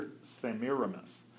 Semiramis